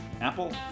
Apple